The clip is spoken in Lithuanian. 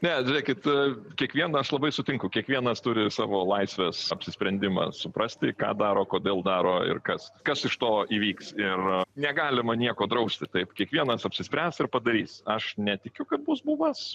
ne žiūrėkit kiekvieną aš labai sutinku kiekvienas turi savo laisvės apsisprendimą suprasti ką daro kodėl daro ir kas kas iš to įvyks ir negalima nieko drausti taip kiekvienas apsispręs ir padarys aš netikiu kad bus bumas